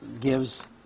gives